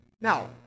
Now